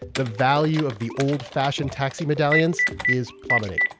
the value of the old-fashioned taxi medallions is plummeting.